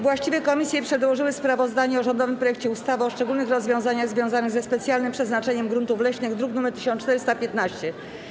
Właściwe komisje przedłożyły sprawozdanie o rządowym projekcie ustawy o szczególnych rozwiązaniach związanych ze specjalnym przeznaczeniem gruntów leśnych, druk nr 1415.